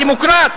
הדמוקרט,